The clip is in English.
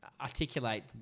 articulate